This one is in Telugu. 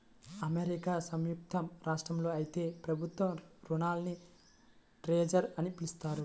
అమెరికా సంయుక్త రాష్ట్రాల్లో అయితే ప్రభుత్వ రుణాల్ని ట్రెజర్ అని పిలుస్తారు